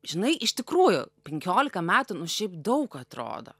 žinai iš tikrųjų penkiolika metų nu šiaip daug atrodo